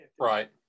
Right